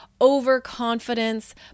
overconfidence